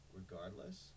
regardless